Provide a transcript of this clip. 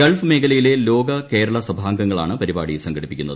Gulf മേഖല യിലെ ലോക കേരള സഭാംഗങ്ങളാണ് പരിപാടി സംഘടിപ്പിക്കുന്നത്